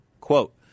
quote